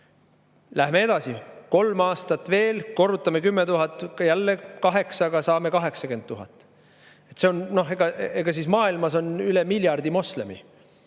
Läheme edasi, kolm aastat veel ja korrutame 10 000 jälle kaheksaga, saame 80 000. Maailmas on üle miljardi moslemi.